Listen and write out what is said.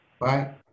bye